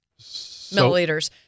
milliliters